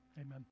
Amen